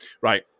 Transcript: Right